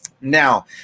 Now